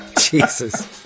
Jesus